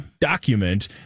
document